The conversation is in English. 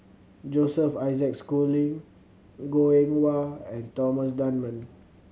Joseph Isaac Schooling Goh Eng Wah and Thomas Dunman